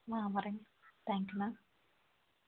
அம்மா வரேங்க thank you ma'am